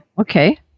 Okay